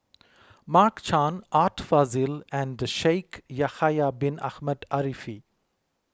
Mark Chan Art Fazil and Shaikh Yahya Bin Ahmed Afifi